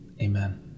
amen